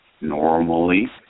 normally